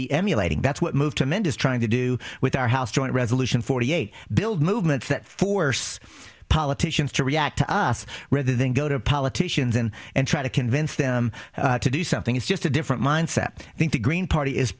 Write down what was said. be emulating that's what move to amend is trying to do with our house joint resolution forty eight build movements that force politicians to react to us rather than go to politicians and and try to convince them to do something it's just a different mindset i think the green party is